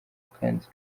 kandi